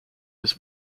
his